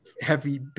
heavy